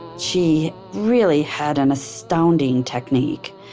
she really had an astounding technique,